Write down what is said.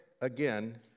again